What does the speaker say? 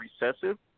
recessive